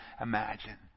imagine